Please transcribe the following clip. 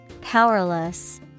Powerless